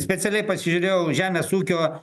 specialiai pasižiūrėjau žemės ūkio